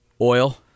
Oil